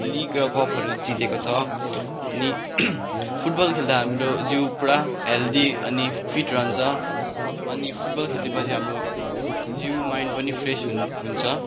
league र कपहरू जितेको छ अनि फुटबल खेल्दा हाम्रो जिउ पुरा हेल्दी अनि फिट रहन्छ अनि फुटबल खेल्यो पछि हाम्रो जिउ माइन्ड पनि फ्रेस हुन्छ